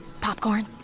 Popcorn